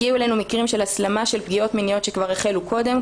הגיעו אלינו מקרים של הסלמה של פגיעות מיניות שכבר החלו קודם,